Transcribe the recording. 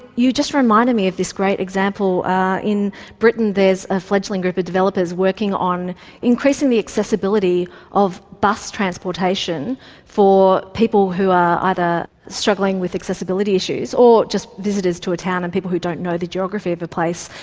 you've just reminded me of this great example in britain there's a fledgling group of developers working on increasing the accessibility of bus transportation for people who are either struggling with accessibility issues or just visitors to a town and people who don't know the geography of a place,